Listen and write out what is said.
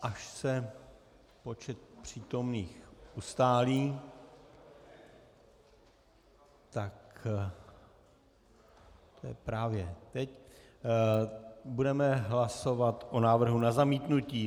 Až se počet přítomných ustálí to je právě teď budeme hlasovat o návrhu na zamítnutí.